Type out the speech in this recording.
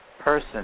person